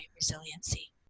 resiliency